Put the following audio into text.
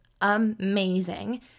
amazing